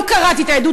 לא קראתי את העדות,